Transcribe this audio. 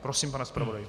Prosím, pane zpravodaji.